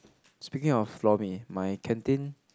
speaking of lor-mee my canteen